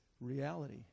reality